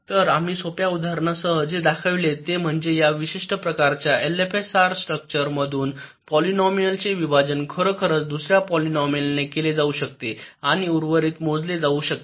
तर आम्ही सोप्या उदाहरणासह जे दाखविले ते म्हणजे या विशिष्ट प्रकारच्या एलएफएसआर स्ट्रॉक्चर मधून पॉलिनोमियाल चे विभाजन खरोखरच दुसर्या पॉलिनोमियालने केले जाऊ शकते आणि उर्वरित मोजले जाऊ शकते